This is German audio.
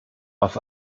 auf